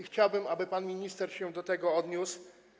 Chciałbym, aby pan minister się do tego odniósł.